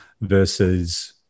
versus